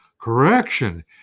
correction